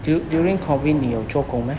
du~ during COVID 你有做工吗